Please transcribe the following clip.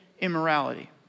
immorality